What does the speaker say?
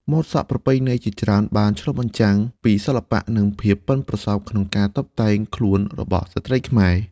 ម៉ូតសក់ប្រពៃណីជាច្រើនបានឆ្លុះបញ្ចាំងពីសិល្បៈ និងភាពប៉ិនប្រសប់ក្នុងការតុបតែងខ្លួនរបស់ស្ត្រីខ្មែរ។